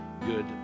good